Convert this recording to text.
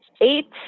eight